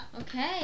Okay